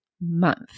month